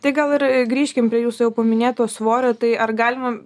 tai gal ir grįžkim prie jūsų jau po minėto svorio tai ar galima